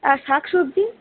আর শাক সবজি